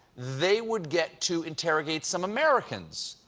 they would get to interrogate some americans.